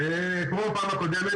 כמו בפעם הקודמת,